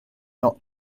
not